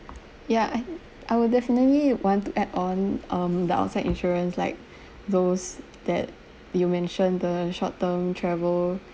ya I'd I would definitely want to add on um the outside insurance like those that you mentioned the short term travel